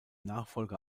nachfolger